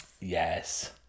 Yes